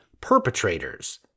perpetrators